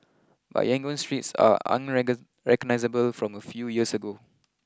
but Yangon's streets are recognisable from a few years ago